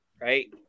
right